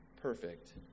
perfect